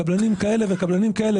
קבלנים כאלה וקבלנים כאלה,